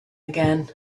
again